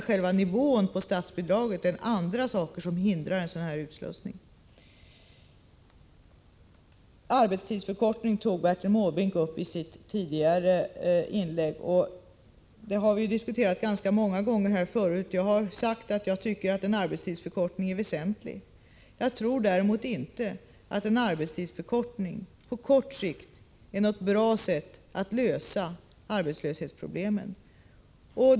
Bertil Måbrink tog i sitt tidigare inlägg upp frågan om arbetstidsförkortning. Vi har här diskuterat denna ganska många gånger tidigare. Jag har sagt att jag tycker att en arbetstidsförkortning är väsentlig. Jag tror däremot inte att en arbetstidsförkortning på kort sikt är något bra sätt att lösa arbetslöshetsproblemen.